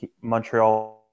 Montreal –